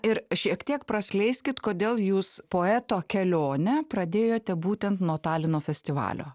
ir šiek tiek praskleiskit kodėl jūs poeto kelionę pradėjote būtent nuo talino festivalio